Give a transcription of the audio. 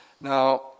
Now